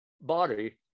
body